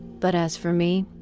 but as for me,